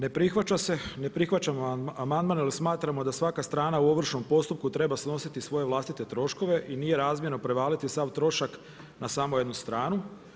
Ne prihvaća se, ne prihvaćamo amandman ali smatramo da svaka strana u ovršnom postupku treba snositi svoje vlastite troškove i nije razmjerno prevaliti sav trošak na samo jednu stranu.